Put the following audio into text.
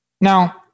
Now